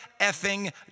effing